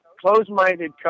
closed-minded